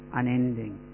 unending